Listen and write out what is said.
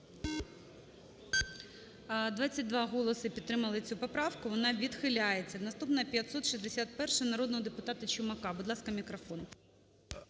22 голоси підтримали цю поправку. Вона відхиляється. Наступна - 561 народного депутата Чумака. Будь ласка, мікрофон.